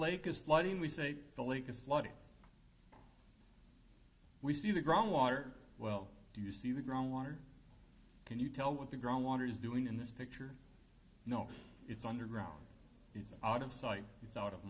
lake is flooding we say the lake is flooded we see the groundwater well do you see the ground water can you tell what the groundwater is doing in this picture no it's underground it's out of sight it's out of